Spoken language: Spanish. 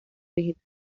vegetal